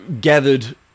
gathered